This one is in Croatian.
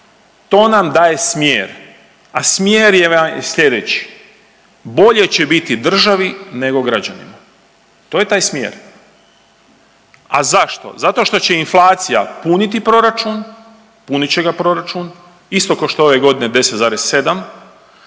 To nam daje smjer, a smjer nam je sljedeći. Bolje će biti državi nego građanima. To je taj smjer. A zašto? Zato što će inflacija puniti proračun, punit će ga proračun, isto kao što je ove godine 10,7,